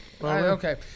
Okay